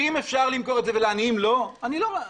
לא רחוקה.